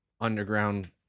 underground